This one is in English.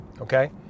okay